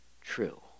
true